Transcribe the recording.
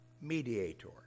mediator